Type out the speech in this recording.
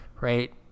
right